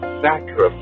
sacrifice